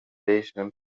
regeixen